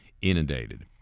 inundated